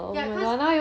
ya cause